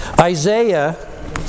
Isaiah